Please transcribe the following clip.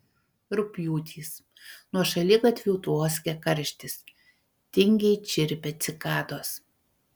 rugpjūtis nuo šaligatvių tvoskia karštis tingiai čirpia cikados